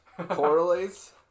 Correlates